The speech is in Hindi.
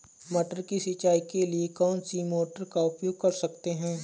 मटर की सिंचाई के लिए कौन सी मोटर का उपयोग कर सकते हैं?